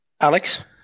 Alex